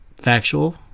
factual